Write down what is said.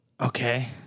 Okay